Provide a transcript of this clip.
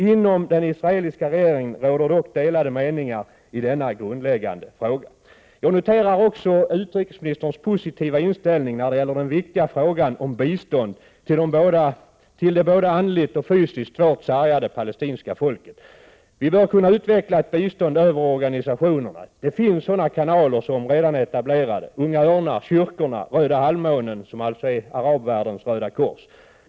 Inom den israeliska regeringen råder dock delade meningar i denna grundläggande fråga. Jag noterar också utrikesministerns positiva inställning när det gäller den viktiga frågan om bistånd till det både andligt och fysiskt svårt sargade palestinska folket. Vi bör kunna utveckla ett bistånd över organisationerna. Det finns sådana kanaler som redan är etablerade — Unga örnar, kyrkorna, Röda halvmånen, som är arabvärldens Röda kors.